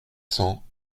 cents